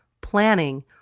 planning